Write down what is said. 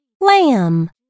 Lamb